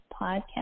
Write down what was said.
podcast